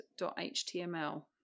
Html